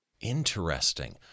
Interesting